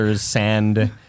sand